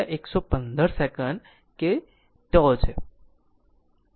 તેથી 1115 સેકન્ડ કે τ છે